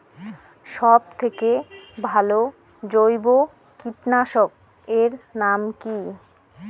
সব থেকে ভালো জৈব কীটনাশক এর নাম কি?